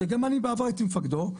שאני בעבר גם הייתי מפקדו,